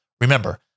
remember